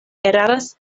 eraras